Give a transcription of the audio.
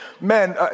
man